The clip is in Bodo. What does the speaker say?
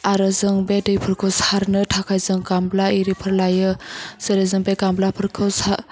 आरो जों बे दैफोरखौ सारनो थाखाय जों गाम्ला इरिफोर लायो जेरै जों बे गाम्लाफोरखौ